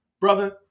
brother